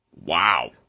Wow